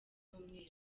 y’umweru